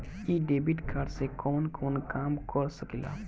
इ debit card से कवन कवन काम कर सकिला?